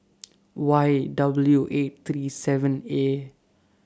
Y W eight three seven A